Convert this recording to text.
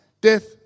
death